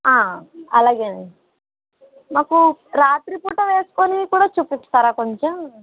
అలాగే అండి మాకు రాత్రిపూట వేసుకునేవి కూడా చూపిస్తారా కొంచెం